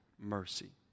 mercy